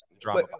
drama